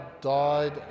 died